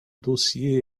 dossiers